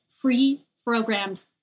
pre-programmed